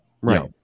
right